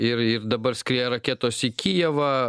ir ir dabar skrieja raketos į kijevą